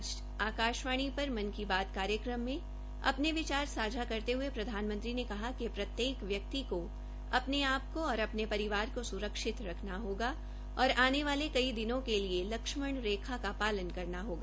आज आकाशवाणी पर मन की बात कार्यक्रम में अपने विचार सांझा करते हये प्रधानमंत्री ने कहा कि प्रत्येक व्यक्ति को अपने आप को और अपने परिवार को सुरक्षित रखना होगा और आने वाले कई दिनों के लिए लक्ष्मण रेखा का पालन करना होगा